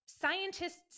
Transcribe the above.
scientists